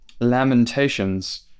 Lamentations